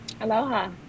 Aloha